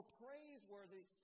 praiseworthy